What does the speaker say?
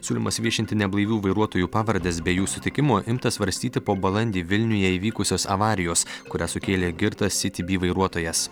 siūlymas viešinti neblaivių vairuotojų pavardes be jų sutikimo imtas svarstyti po balandį vilniuje įvykusios avarijos kurią sukėlė girtas citybee vairuotojas